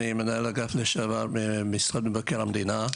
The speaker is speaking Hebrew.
אני מנהל אגף לשעבר במשרד מבקר המדינה.